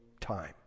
time